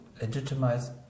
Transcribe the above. legitimize